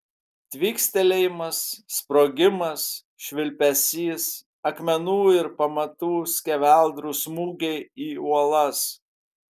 tvykstelėjimas sprogimas švilpesys akmenų ir pamatų skeveldrų smūgiai į uolas